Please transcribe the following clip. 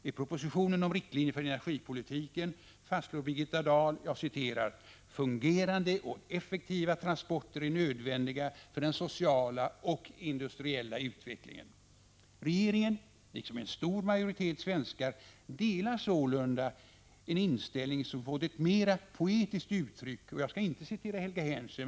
I propositionen om riktlinjer för energipolitiken fastslår Birgitta Dahl: ”Fungerande och effektiva transporter är nödvändiga för den sociala och industriella utvecklingen.” Regeringen, liksom en stor majoritet av svenskar, delar sålunda en inställning som fått ett mera poetiskt uttryck av Hjalmar Gullberg — jag skall den här gången inte citera Helga Henschen.